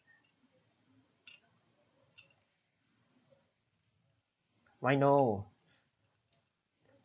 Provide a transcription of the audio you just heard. why no